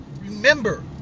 remember